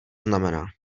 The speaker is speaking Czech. znamená